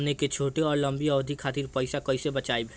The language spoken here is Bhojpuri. हमन के छोटी या लंबी अवधि के खातिर पैसा कैसे बचाइब?